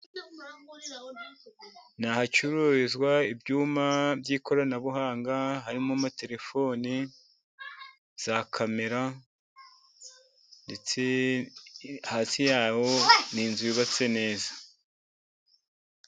Ni ahacururizwa ibyuma by'ikoranabuhanga, harimo amatelefoni, za kamera ,ndetse hasi yaho n'inzu yubatse neza.